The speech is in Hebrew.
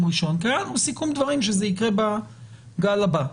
ראשון כי היה לנו סיכום דברים שזה יקרה בגל הבא,